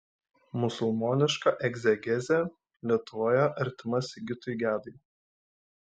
musulmoniška egzegezė lietuvoje artima sigitui gedai